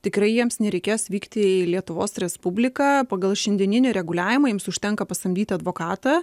tikrai jiems nereikės vykti į lietuvos respubliką pagal šiandieninį reguliavimą jiems užtenka pasamdyti advokatą